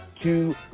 two